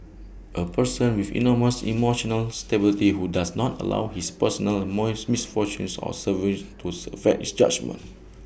A person with enormous emotional stability who does not allow his personal misfortunes or sufferings to affect his judgement